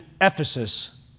Ephesus